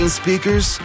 speakers